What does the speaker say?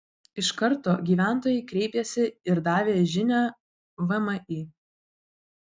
iš karto gyventojai kreipėsi ir davė žinią vmi